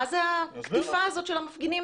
מה זאת הקטיפה הזאת של המפגינים?